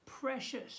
precious